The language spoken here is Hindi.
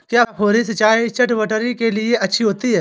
क्या फुहारी सिंचाई चटवटरी के लिए अच्छी होती है?